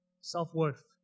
self-worth